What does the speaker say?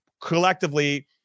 collectively